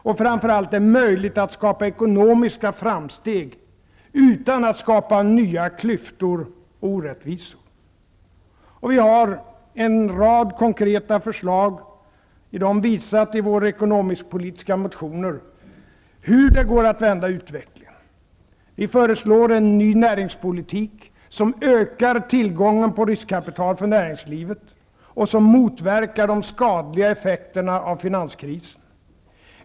Och framför allt: det är möjligt att skapa ekonomiska framsteg -- utan att skapa nya klyftor och orättvisor. Vi har en rad konkreta förslag i våra ekonomiskpolitiska motioner, som visar hur det går att vända utvecklingen. Vi föreslår en ny näringspolitik, som ökar tillgången på riskkapital för näringslivet och som motverkar de skadliga effekterna av finanskrisen.